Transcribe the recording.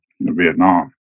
vietnam